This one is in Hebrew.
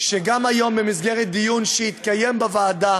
שגם היום, במסגרת דיון שהתקיים היום בוועדה,